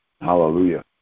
Hallelujah